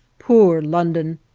poor london,